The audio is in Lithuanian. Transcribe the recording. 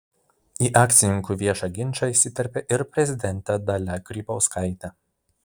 į akcininkų viešą ginčą įsiterpė ir prezidentė dalia grybauskaitė